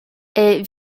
est